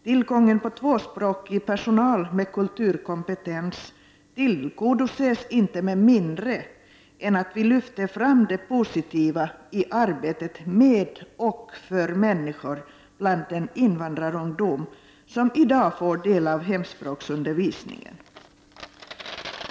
Tillgången på tvåspråkig personal med kulturkompetens tillgodoses inte med mindre än att vi lyfter fram det positiva i arbetet med och för människor bland den invandrarungdom som i dag får del av hemspråksundervisningen.